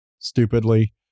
stupidly